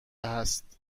هست